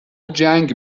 جنگ